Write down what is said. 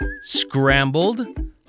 Scrambled